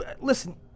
Listen